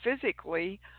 physically